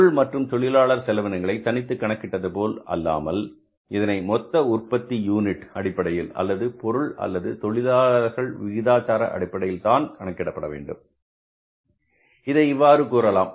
பொருள் மற்றும் தொழிலாளர் செலவினங்களை தனித்து கணக்கிட்டது போல் அல்லாமல் இதனை மொத்த உற்பத்தி யூனிட் அடிப்படையில் அல்லது பொருள் அல்லது தொழிலாளர் விகிதாச்சார அடிப்படையில் தான் கணக்கிடப்பட வேண்டும் இதை இவ்வாறாக கூறலாம்